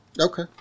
Okay